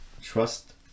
trust